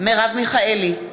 מרב מיכאלי,